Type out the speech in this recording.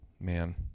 man